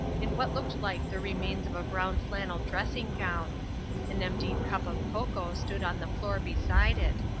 in what looked like the remains of a brown flannel dressing-gown an emptied cup of cocoa stood on the floor beside it,